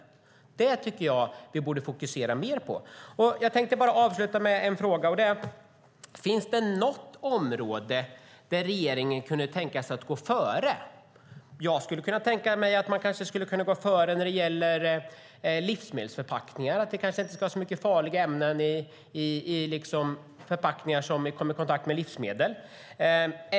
Det tycker jag att vi borde fokusera mer på. Jag ska bara avsluta med en fråga. Finns det något område där regeringen skulle kunna tänka sig att gå före? Jag skulle kunna tänka mig att man kanske skulle kunna gå före när det gäller livsmedelsförpackningar, att vi inte ska ha så mycket farliga ämnen i förpackningar som kommer i kontakt med livsmedel.